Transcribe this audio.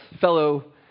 fellow